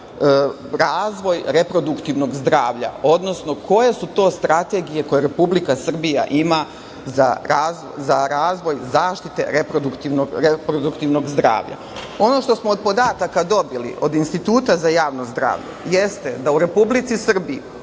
razvoj reproduktivnog zdravlja, odnosno koje su to strategije koje Republika Srbija ima za razvoj zaštite reproduktivnog zdravlja? Ono što smo od podataka dobili od Instituta za javno zdravlje jeste da u Republici Srbiji